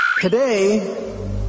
Today